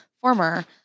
former